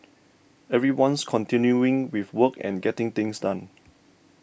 everyone's continuing with work and getting things done